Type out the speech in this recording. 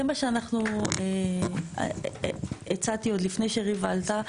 זה מה שאנחנו, הצעתי עוד לפני שריבה עלתה.